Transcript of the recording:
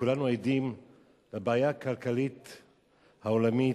כולנו עדים לבעיה הכלכלית העולמית,